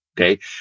okay